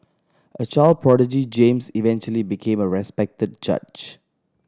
a child prodigy James eventually became a respected judge